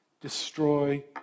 destroy